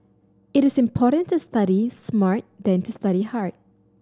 it is important to study smart than to study hard